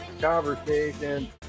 conversation